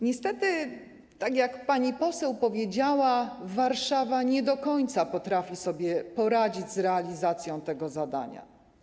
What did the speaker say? Niestety, tak jak pani poseł powiedziała, Warszawa nie do końca potrafi sobie poradzić z realizacją tego zadania.